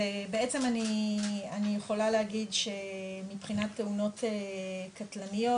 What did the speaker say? ובעצם אני יכולה להגיד שמבחינת תאונות קטלניות,